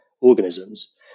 organisms